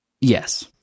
Yes